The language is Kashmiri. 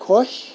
خۄش